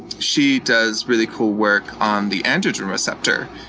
she does really cool work on the androgen receptor,